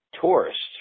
tourists